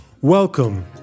Welcome